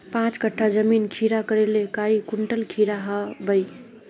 पाँच कट्ठा जमीन खीरा करले काई कुंटल खीरा हाँ बई?